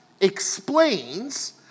explains